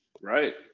Right